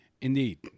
Indeed